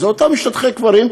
זה אותם משתטחי קברים,